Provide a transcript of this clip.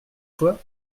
fois